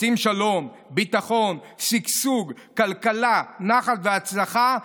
רוצים שלום, ביטחון, שגשוג, כלכלה, נחת והצלחה?